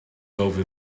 over